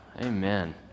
Amen